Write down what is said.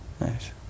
nice